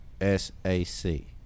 S-A-C